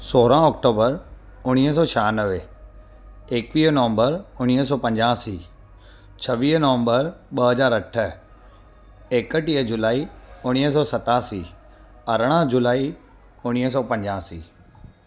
सोरहां अक्टूबर उणिवीह सौ छहानवे एक्वीह नवंबर उणिवीह सौ पंजासी छवीह नवंबर ॿ हज़ार अठ एकटीह जुलाई उणिवीह सौ सतासी अरड़हां जुलाई उणिवीह सौ पंजासी